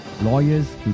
lawyers